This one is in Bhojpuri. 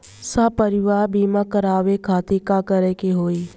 सपरिवार बीमा करवावे खातिर का करे के होई?